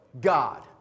God